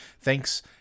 Thanks